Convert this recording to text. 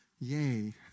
Yay